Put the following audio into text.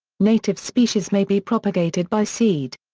native species may be propagated by seed.